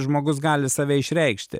žmogus gali save išreikšti